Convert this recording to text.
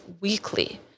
weekly